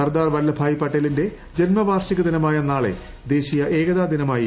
സർദാർ വല്ലഭ്ഭൂർയി പട്ടേലിന്റെ ജന്മവാർഷിക ദിനമായ നാളെ ദേശീയ ഏകതാ ദിനമായി ആചരിക്കും